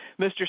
Mr